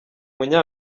munya